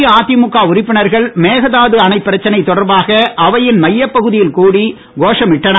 அஇஅதிமுக உறுப்பினர்கள் மேகதாது அணைப்பிரச்சனை தொடர்பாக அவையில் மையப்பகுதியில் கூடி கோஷம் இட்டனர்